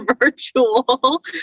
virtual